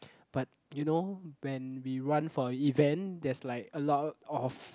but you know when we run for event there's like a lot of